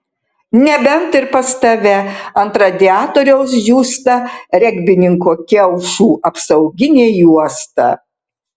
nebent ir pas tave ant radiatoriaus džiūsta regbininko kiaušų apsauginė juosta